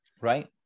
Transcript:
right